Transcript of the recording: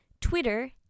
Twitter